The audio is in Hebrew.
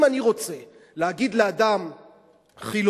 אם אני רוצה להגיד לאדם חילוני,